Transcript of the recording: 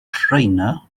trainer